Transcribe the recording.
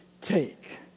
Take